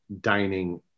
dining